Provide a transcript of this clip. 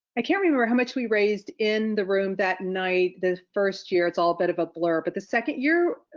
i can't remember how much we raised in the room that night, the first year, it's all a bit of a blur. but the second year,